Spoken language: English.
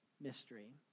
mystery